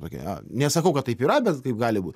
tokia nesakau kad taip yra bet kaip gali būt